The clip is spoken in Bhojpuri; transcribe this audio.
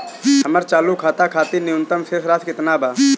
हमर चालू खाता खातिर न्यूनतम शेष राशि केतना बा?